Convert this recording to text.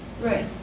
Right